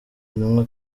intumwa